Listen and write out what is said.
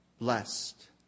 blessed